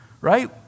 Right